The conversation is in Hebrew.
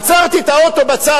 עצרתי את האוטו בצד,